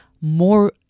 more